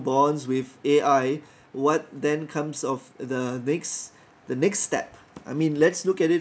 bonds with A_I what then comes of the next the next step I mean let's look at it